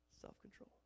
self-control